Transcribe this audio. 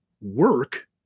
work